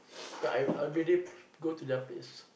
cause I I everyday go to their place